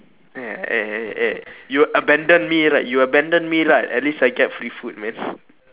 eh eh eh eh you abandon me right you abandon me right at least I get free food man